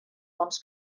fonts